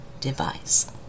device